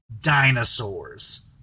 Dinosaurs